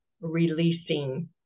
releasing